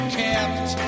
kept